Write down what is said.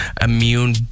immune